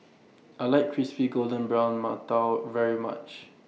I like Crispy Golden Brown mantou very much